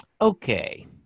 Okay